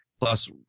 plus